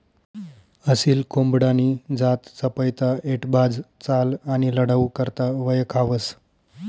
असील कोंबडानी जात चपयता, ऐटबाज चाल आणि लढाऊ करता वयखावंस